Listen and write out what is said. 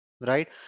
Right